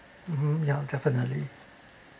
mmhmm yeah definitely